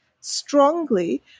strongly